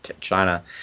China